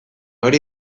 hori